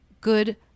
good